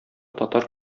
татар